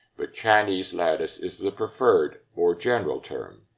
but chinese lattice is the preferred, more general term.